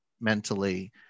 mentally